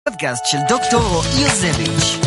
בקאסט של דוקטור רועי זביש